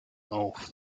auf